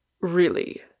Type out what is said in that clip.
Really